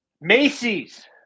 Macy's